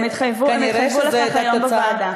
הם התחייבו לכך היום בוועדה.